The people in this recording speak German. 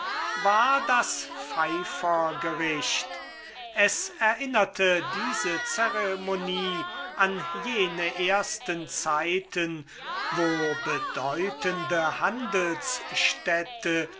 war das pfeifergericht es erinnerte diese zeremonie an jene ersten zeiten wo bedeutende handelsstädte